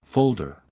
Folder